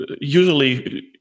usually